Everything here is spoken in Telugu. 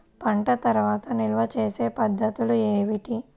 పంట తర్వాత నిల్వ చేసే పద్ధతులు ఏమిటి?